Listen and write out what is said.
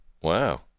Wow